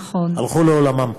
הלכו לעולמם.